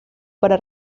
para